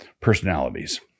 Personalities